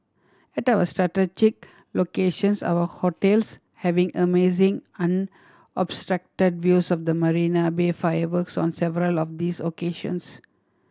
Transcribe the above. at our locations our hotels having amazing unobstructed views of the Marina Bay fireworks on several of these occasions